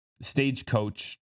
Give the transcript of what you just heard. stagecoach